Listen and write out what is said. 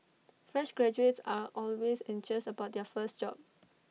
fresh graduates are always anxious about their first job